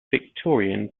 victorian